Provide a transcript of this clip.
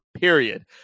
period